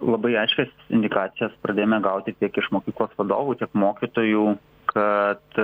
labai aiškias indikacijas pradėjome gauti tiek iš mokyklos vadovų tiek mokytojų kad